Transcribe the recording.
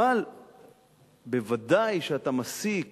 אבל בוודאי כשאתה מעסיק